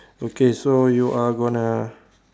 okay so you are gonna